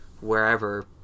wherever